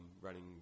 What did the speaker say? running –